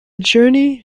journey